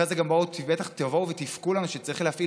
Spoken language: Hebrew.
אחרי זה גם תבואו ותבכו לנו שצריך להפעיל